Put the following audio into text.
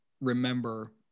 remember